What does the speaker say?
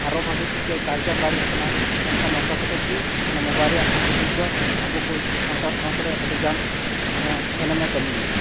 ᱟᱨᱚ ᱵᱷᱟᱜᱤ ᱴᱷᱤᱠ ᱛᱮᱭ ᱠᱟᱞᱪᱟᱨ ᱫᱟᱲᱮᱭᱟᱜ ᱠᱟᱱᱟ ᱢᱮᱱᱠᱷᱟᱱ ᱱᱚᱝᱠᱟ ᱠᱟᱛᱮᱫ ᱜᱮ ᱢᱟᱱᱮ ᱢᱳᱵᱟᱭᱤᱞ ᱨᱮᱱᱟᱜ ᱵᱷᱟᱜᱤ ᱫᱤᱠ ᱫᱚ ᱟᱵᱩ ᱠᱩᱡ ᱥᱟᱱᱛᱟᱲ ᱥᱟᱶᱛᱟᱨᱮ ᱟᱹᱰᱤ ᱜᱟᱱ ᱮᱱᱮᱢᱮ ᱠᱟᱹᱢᱤᱭᱮᱫᱟ